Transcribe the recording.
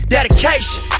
Dedication